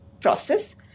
process